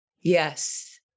yes